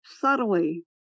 Subtly